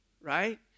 right